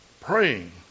Praying